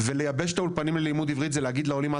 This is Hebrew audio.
לייבש את האולפנים לימוד עברית זה כמו לומר לעולים לא